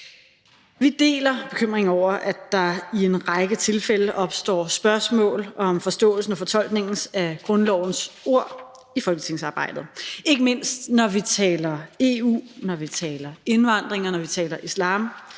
Vi deler bekymringen over, at der i en række tilfælde opstår spørgsmål om forståelsen og fortolkningen af grundlovens ord i folketingsarbejdet. Ikke mindst når vi taler EU, når vi taler indvandring, og når vi taler islam